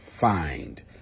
find